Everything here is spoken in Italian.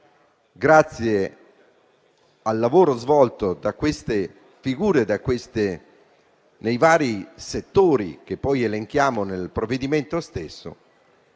grazie al lavoro svolto nei vari settori che poi elenchiamo nel provvedimento stesso,